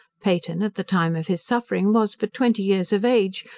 peyton, at the time of his suffering, was but twenty years of age,